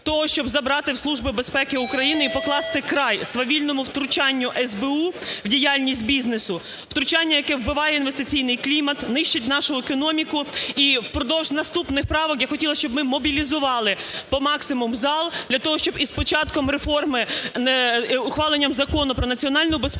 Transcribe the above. того, щоб забрати в Служби безпеки України і покласти край свавільному втручанню СБУ в діяльність бізнесу, втручання, яке вбиває інвестиційний клімат, нищить нашу економіку. І впродовж наступних правок я хотіла, щоб ми мобілізували по максимуму зал для того, щоб із початком реформи… ухваленням Закону про національну безпеку